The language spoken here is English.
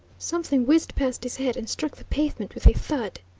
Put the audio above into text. something whizzed past his head and struck the pavement with a thud.